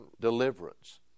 deliverance